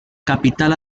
capital